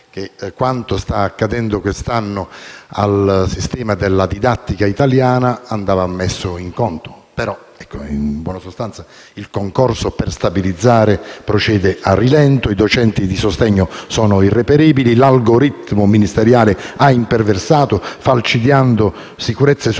che quanto sta accadendo quest'anno al sistema della didattica italiana andava messo in conto, però in buona sostanza il concorso per stabilizzare procede a rilento, i docenti di sostegno sono irreperibili, l'algoritmo ministeriale ha imperversato falcidiando sicurezze sociali